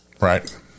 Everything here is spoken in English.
Right